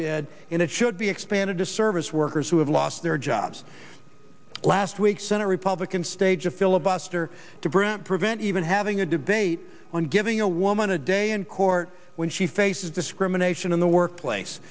did and it should be expanded to service workers who have lost their jobs last week senate republicans stage a filibuster to brant prevent even having a debate on giving a woman a day in court when she faces discrimination in the workplace